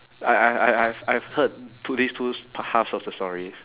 I I I I've I've heard two these two s~ pa~ halves of the story